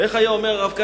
איך היה אומר הרב כהנא?